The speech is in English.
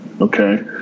Okay